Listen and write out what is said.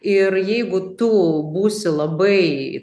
ir jeigu tu būsi labai